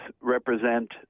represent